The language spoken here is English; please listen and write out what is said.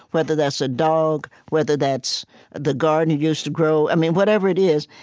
whether that's a dog, whether that's the garden you used to grow i mean whatever it is.